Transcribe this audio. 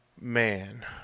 Man